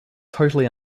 totally